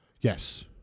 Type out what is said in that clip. Yes